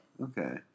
Okay